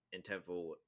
intentful